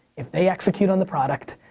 if they execute on the product,